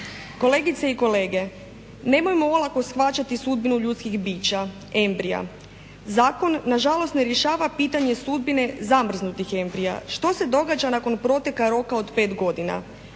Kolegice i kolege, nemojmo olako shvaćati sudbinu ljudskih bića – embrija. Zakon na žalost ne rješava pitanje sudbine zamrznutih embrija. Što se događa nakon proteka roka od pet godina.